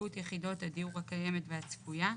צפיפות יחידות הדיור הקיימת והצפויה,